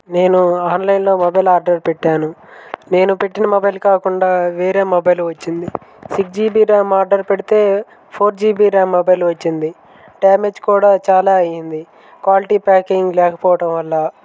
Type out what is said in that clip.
నేను ఆన్లైన్లో mobile order పెట్టాను నేను పెట్టిన మొబైల్ కాకుండా వేరే మొబైలు వచ్చింది సిక్స్ జీబి ర్యామ్ ఆర్డర్ పెడితే ఫోర్ జీబి ర్యామ్ మొబైలు వచ్చింది డామేజ్ కూడా చాలా అయ్యింది క్వాలిటీ ప్యాకింగ్ లేకపోవటం వల్ల